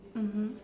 mmhmm